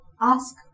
ask